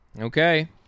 Okay